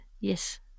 Yes